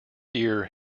year